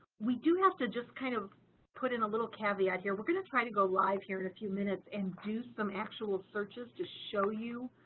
we do have to just kind of put in a little caveat here. we're going to try to go live here in a few minutes and do some actual searches to show you